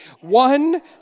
One